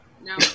No